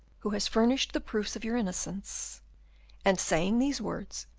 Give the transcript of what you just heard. who has furnished the proofs of your innocence and, saying these words,